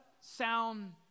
sound